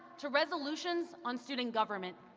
to resolutions on student government,